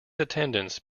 attendants